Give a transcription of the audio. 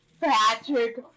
Patrick